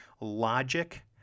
logic